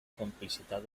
complicitat